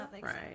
Right